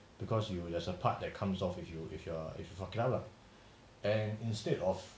because you there is a part that comes off if you if you are and instead of